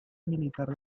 militar